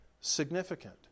significant